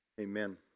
Amen